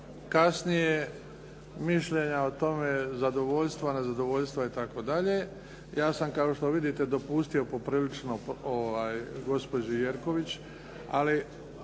kao što vidite, dopustio poprilično gospođi Jerković, ali